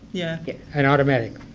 yeah yeah an automatic.